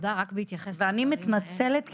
אני מתנצלת,